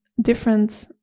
Different